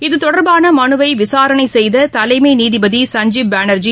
இதுதொடர்பாளமலுவினைவிசாரணைசெய்ததலைமைநீதிபதி Sanjib Banerjee